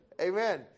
Amen